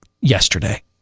yesterday